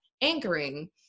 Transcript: anchoring